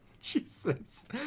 jesus